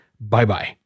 Bye-bye